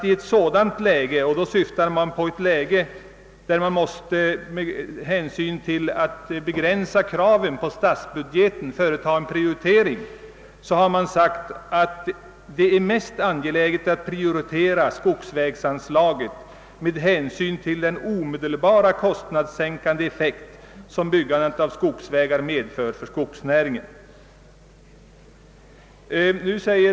I ett läge, där man för att begränsa kraven på statsbudgeten måste företa en prioritering, finner styrelsen det mest angeläget att prioritera skogsvägsanslaget med hänsyn till den omedelbara kostnadssänkande effekt, som byggandet av skogsvägar medför för skogsnäringen.